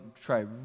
try